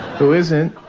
who is it?